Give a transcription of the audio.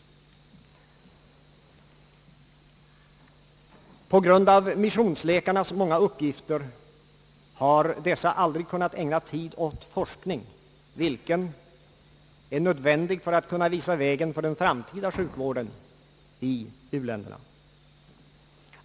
På grund av sina många uppgifter har missionsläkarna aldrig kunnat ägna tid åt forskning, vilken är nödvändig för att kunna visa vägen för den framtida sjukvården i u-länderna.